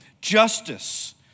justice